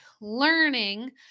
learning